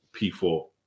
P4